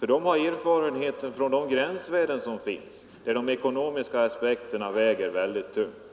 De har erfarenheter av de gränsvärden som finns; de ekonomiska aspekterna väger där väldigt tungt.